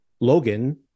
Logan